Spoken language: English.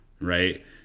right